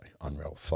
unreal